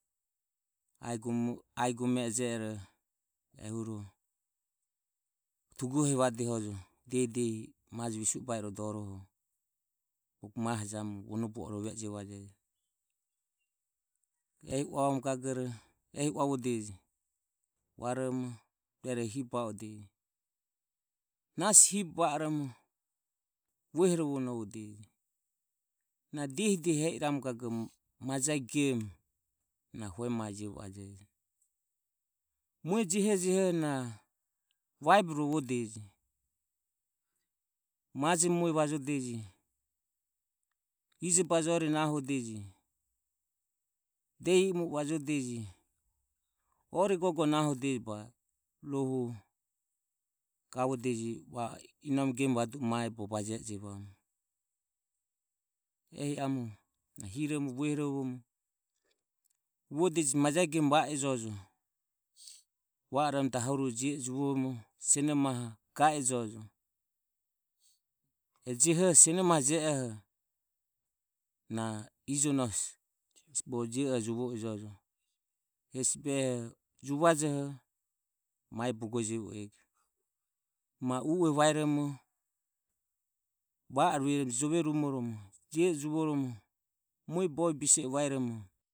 Ae gome e jero tugohevadeje diehi majo visue ba irodoho bogo maho jamu vonoro o rove ejeve ehi uavamu gagoro ehi uavodeje uaromo nahi hibe va oromo vuehorovonovodeje. Na diehi diehi e iramu gagoro majae gemu na hue mae jevo a jejo mue jehojeho vaeberovodeje majo mue vajodeje ijobaje ore nahodeje de i o mu e vajodeje ore gogo nahodeje va o gavodeje gemu vadu e mae bogo baejevamu ehi amu hiromo vuehorovodeje. Uvodeje majae gemu va e jojo va oromo dahorure je e juvoromo sinomaho ga e jojo e jehoho sionomaho na ijonoho bogo je oho juvo ejo hesi behoho na juvajoho mae bogo jevo e go ma u e bajevo ego va o rueromo jove rumo ego je e jumoromo mue bovie bise e vaeromo.